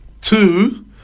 two